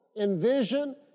envision